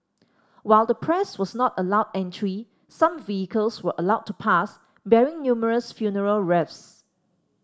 while the press was not allowed entry some vehicles were allowed to pass bearing numerous funeral wreaths